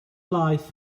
laeth